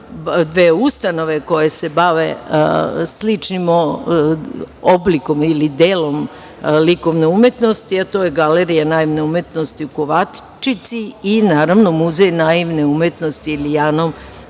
dve ustanove koje se bave sličnim oblikom ili delom likovne umetnosti, a to je Galerija naivne umetnosti u Kovačici i Muzej naivne umetnosti „Ilijanum“